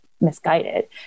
misguided